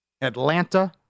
Atlanta